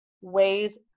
ways